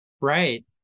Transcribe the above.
right